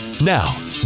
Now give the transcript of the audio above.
Now